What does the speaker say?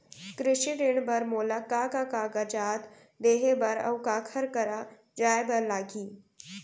कृषि ऋण बर मोला का का कागजात देहे बर, अऊ काखर करा जाए बर लागही?